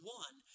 one